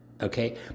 Okay